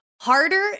Harder